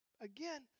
Again